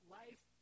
life